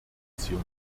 nation